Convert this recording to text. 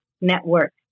network